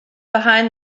behind